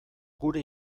gure